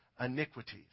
iniquities